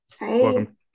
Welcome